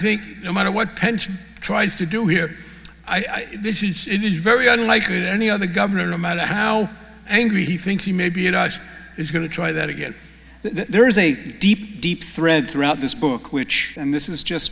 think no matter what pension tried to do here i was very unlikely that any other governor no matter how angry he thinks he may be a judge is going to try that again there is a deep deep thread throughout this book which and this is just